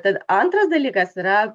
tad antras dalykas yra